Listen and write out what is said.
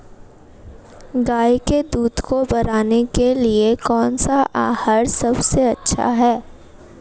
गाय के दूध को बढ़ाने के लिए कौनसा आहार सबसे अच्छा है?